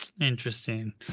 interesting